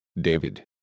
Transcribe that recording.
David